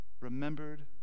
remembered